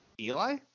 Eli